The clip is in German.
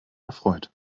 erfreut